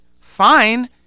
Fine